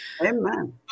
Amen